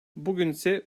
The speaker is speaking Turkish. bugünse